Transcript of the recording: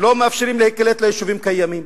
לא מאפשרים להם להיקלט ביישובים קיימים?